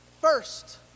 First